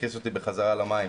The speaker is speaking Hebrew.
הכניס אותי בחזרה למים